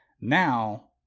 now